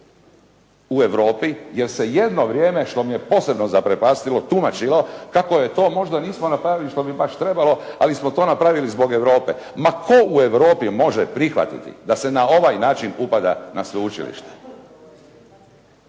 u Europi, jer se jedno vrijeme što me je posebno zaprepastilo tumačilo kako je to možda nismo napravili što je baš trebalo, ali smo to napravili zbog Europe. Ma tko u Europi može prihvatiti da se na ovaj način upada na sveučilište.